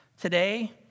today